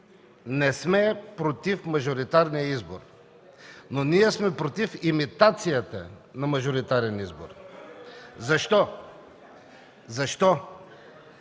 не сме против мажоритарния избор, но сме против имитацията на мажоритарен избор. Защо? Става